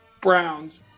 Browns